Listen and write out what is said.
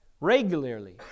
regularly